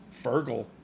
Fergal